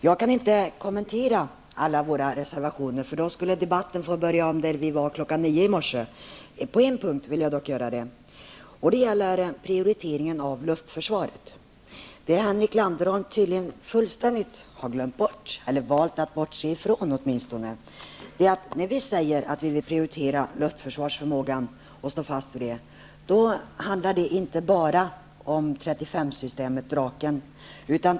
Jag inte kommentera alla våra reservationer, för då skulle debatten börja om där vi var kl. 9.00 i morse. På en punkt vill jag dock göra det, nämligen prioriteringen av luftförsvar. Det Henrik Landerholm fullständigt glömt bort eller valt att bortse ifrån är att det när vi vill prioritera luftförsvarsförmågan inte handlar bara om Draken 35-systemet.